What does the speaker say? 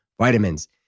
vitamins